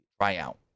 tryout